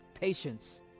Patience